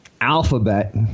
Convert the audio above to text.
Alphabet